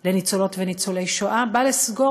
הפלילי לנפגע העבירה לאחר שרשויות אכיפת